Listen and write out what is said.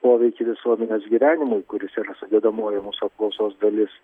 poveikį visuomenės gyvenimui kuris yra sudedamoji mūsų apklausos dalis